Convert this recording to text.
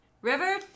River